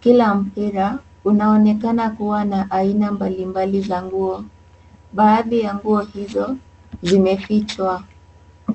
kila mpira unaonekana kuwa na aina mbali mbali za nguo baadhi yaa nguo hizo zimefichwa.